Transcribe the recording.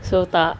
so tak